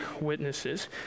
witnesses